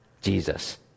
Jesus